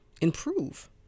improve